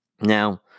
Now